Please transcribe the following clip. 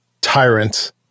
tyrant